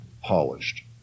polished